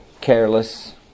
careless